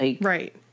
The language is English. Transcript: Right